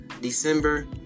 December